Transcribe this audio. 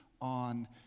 on